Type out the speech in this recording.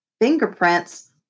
Fingerprints